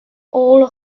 all